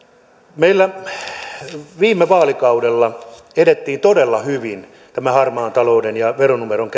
meillä viime vaalikaudella edettiin todella hyvin harmaan talouden torjunnassa ja veronumeron